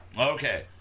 Okay